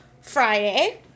Friday